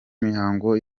mihango